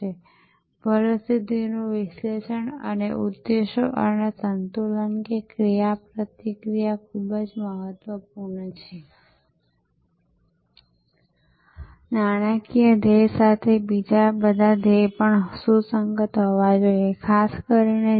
તેઓ એ માત્ર પ્રાથમિક શિક્ષણ મેળવ્યું હોય છે પરંતુ ઉચ્ચ બુદ્ધિથી તેઓ કેવી રીતે પોતાની જાતને ભરતી કરે છે તેઓ મોટે ભાગે ઓળખાણ દ્વારા માર્કેટિંગ કરે છે